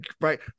right